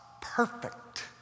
perfect